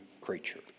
creature